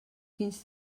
quins